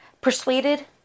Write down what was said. persuaded